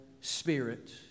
spirit